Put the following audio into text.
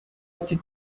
ati